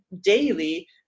daily